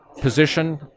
position